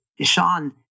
Sean